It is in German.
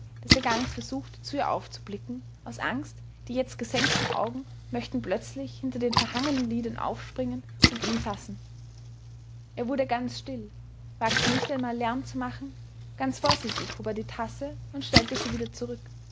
daß er gar nicht versuchte zu ihr aufzublicken aus angst die jetzt gesenkten augen möchten plötzlich hinter den verhangenen lidern aufspringen und ihn fassen er wurde ganz still wagte nicht einmal lärm zu machen ganz vorsichtig hob er die tasse und stellte sie wieder zurück